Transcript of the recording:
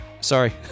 sorry